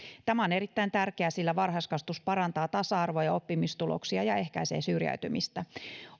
tämä on erittäin tärkeää sillä varhaiskasvatus parantaa tasa arvoa ja oppimistuloksia ja ehkäisee syrjäytymistä